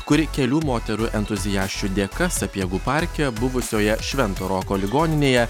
kuri kelių moterų entuziasčių dėka sapiegų parke buvusioje švento roko ligoninėje